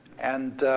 and